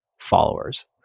followers